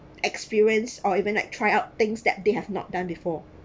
experience or even like try out things that they have not done before